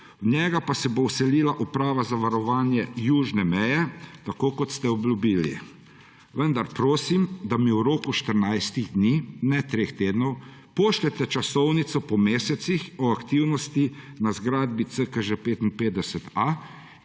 v njega pa se bo vselila Uprava za varovanje južne meje, tako kot ste obljubili. Vendar prosim, da mi v roku štirinajstih dni, ne treh tednov, pošljete časovnico po mesecih o aktivnosti na zgradbi CKŽ